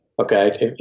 Okay